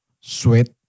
sweat